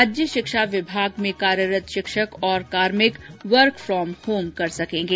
राज्य शिक्षा विभाग में कार्यरत शिक्षक और कार्मिक वर्क फ्रोम होम कर सकेंगे